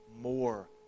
more